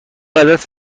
عدس